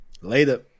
later